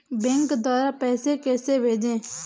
Bank द्वारा पैसे कैसे भेजें?